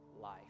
life